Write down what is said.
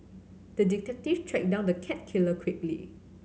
the detective tracked down the cat killer quickly